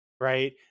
right